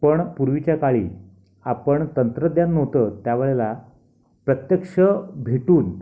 पण पूर्वीच्या काळी आपण तंत्रज्ञान नव्हतं त्या वेळेला प्रत्यक्ष भेटून